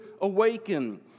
awaken